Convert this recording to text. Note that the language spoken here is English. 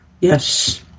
Yes